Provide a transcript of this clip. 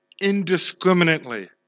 indiscriminately